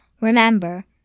Remember